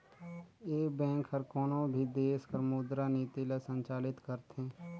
ए bank हर कोनो भी देस कर मुद्रा नीति ल संचालित करथे